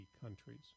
countries